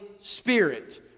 Spirit